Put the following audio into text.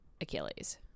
Achilles